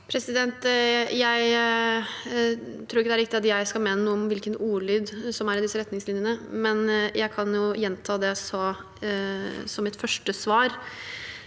Jeg tror ikke det er riktig at jeg skal mene noe om hvilken ordlyd som er i disse retningslinjene, men jeg kan jo gjenta det jeg sa i mitt første svar,